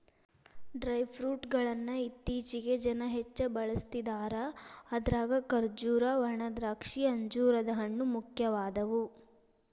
dry fruit ಗಳ್ಳನ್ನ ಇತ್ತೇಚಿಗೆ ಜನ ಹೆಚ್ಚ ಬಳಸ್ತಿದಾರ ಅದ್ರಾಗ ಖರ್ಜೂರ, ಒಣದ್ರಾಕ್ಷಿ, ಅಂಜೂರದ ಹಣ್ಣು, ಮುಖ್ಯವಾದವು